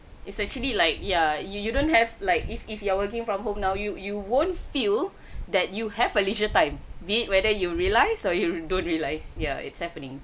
it's actually like ya you you don't have like if if you are working from home now you you won't feel that you have a leisure time be it whether you realize you you don't realize ya it's happening